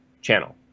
channel